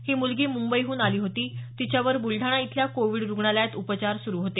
ही मुलगी मुंबईहून आली होती तिच्यावर बुलडाणा इथल्या कोविड रुग्णालयात उपचार सुरु होते